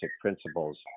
principles